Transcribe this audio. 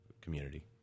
community